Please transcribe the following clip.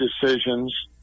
decisions